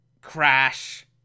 crash